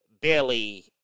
barely